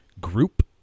group